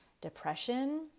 depression